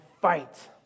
fight